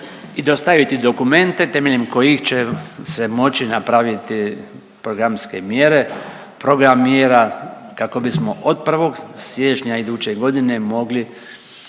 i dostaviti dokumente temeljem kojih će se moći napraviti programske mjere, program mjera kako bismo od 1. siječnja iduće godine mogli